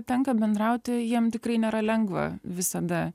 tenka bendrauti jiem tikrai nėra lengva visada